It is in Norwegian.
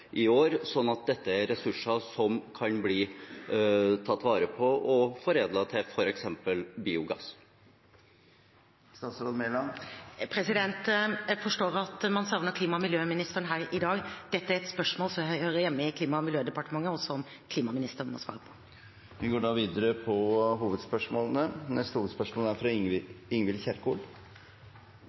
i januar i år, sånn at disse ressursene kan bli tatt vare på og foredlet til f.eks. biogass? Jeg forstår at man savner klima- og miljøministeren her i dag. Dette er et spørsmål som hører hjemme i Klima- og miljødepartementet, og som klimaministeren må svare på. Da går vi til neste hovedspørsmål.